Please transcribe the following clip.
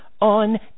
on